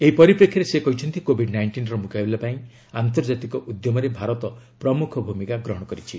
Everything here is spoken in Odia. ଏହି ପରିପ୍ରେକ୍ଷୀରେ ସେ କହିଛନ୍ତି କୋଭିଡ୍ ନାଇଷ୍ଟିନ୍ର ମୁକାବିଲା ପାଇଁ ଆନ୍ତର୍ଜାତିକ ଉଦ୍ୟମରେ ଭାରତ ପ୍ରମୁଖ ଭୂମିକା ଗ୍ରହଣ କରିଛି